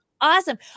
awesome